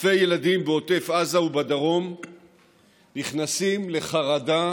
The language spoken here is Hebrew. אלפי ילדים בעוטף עזה ובדרום נכנסים לחרדה